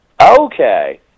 Okay